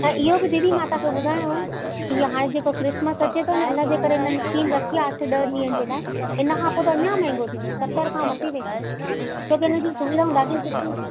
ऐं इहो बि दीदी मां तव्हांखे ॿुधायांव की हाणे जेको क्रिसमस अचे थो न इनजे करे हिननि स्कीम रखी आहे अठ ॾह ॾींहनि जे लाइ इनखां पोइ त अञा महांगो थींदो सतरि खां मथे वेंदो छो की हिनजी सुविधाऊं ॾाढियूं सुठियूं आहिनि